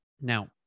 Now